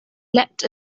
leapt